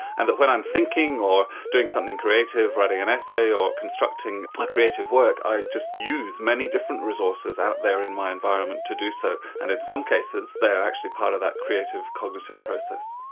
and that when i'm thinking or doing something creative, writing an essay or constructing a like creative work, i just use many different resources out there in my environment to do so, and in some cases, they're actually part of that creative, cognitive process.